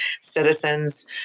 citizens